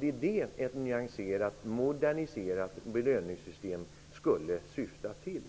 Det är det ett nyanserat, moderniserat belöningssystem skulle syfta till.